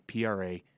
PRA